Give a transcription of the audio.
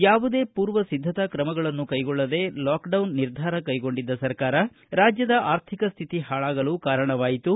ಯಾವುದೇ ಸಿದ್ದತಾ ಕ್ರಮಗಳನ್ನು ಕೈಗೊಳ್ಳದೆ ಲಾಕ್ಡೌನ್ ನಿರ್ಧಾರ ಕೈಗೊಂಡಿದ್ದ ಸರ್ಕಾರ ರಾಜ್ಯದ ಆರ್ಥಿಕ ಸ್ಟಿತಿ ಹಾಳಾಗಲು ಕಾರಣವಾಯಿತು